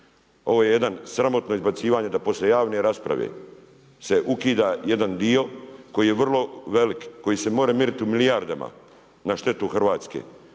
Ovo je jedan, sramotno izbacivanje da poslije javne rasprave se ukida jedan dio koji je vrlo velik, koji se može mjeriti u milijardama na štetu Hrvatske.